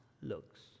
looks